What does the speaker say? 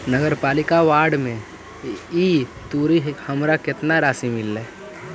नगरपालिका बॉन्ड में ई तुरी हमरा केतना राशि मिललई हे?